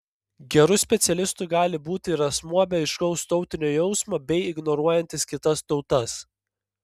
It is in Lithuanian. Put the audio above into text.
geru specialistu gali būti ir asmuo be aiškaus tautinio jausmo bei ignoruojantis kitas tautas